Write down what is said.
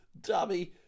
dummy